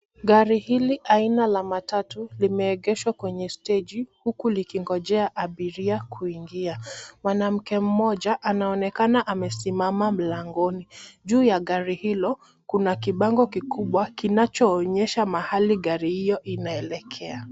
Gari hili aina la matatu limeegeshwa kwenye steji huku likingojea abiria kuingia. Mwanamke mmoja anaonekana amesimama mlangoni. Juu ya gari hilo, kuna kibango kikubwa kinachoonyesha mahali gari hiyo inaelekea.